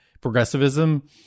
progressivism